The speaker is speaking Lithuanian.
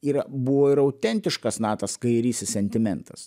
yra buvo ir autentiškas na tas kairysis sentimentas